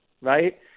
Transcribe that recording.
right